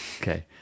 Okay